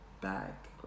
back